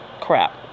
crap